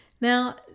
Now